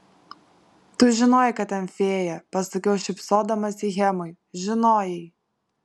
tu žinojai kad ten fėja pasakiau šypsodamasi hemui žinojai